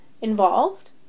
involved